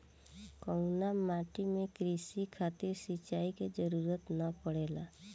कउना माटी में क़ृषि खातिर सिंचाई क जरूरत ना पड़ेला?